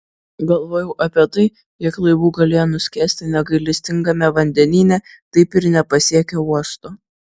galvojau apie tai kiek laivų galėjo nuskęsti negailestingame vandenyne taip ir nepasiekę uosto